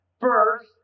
First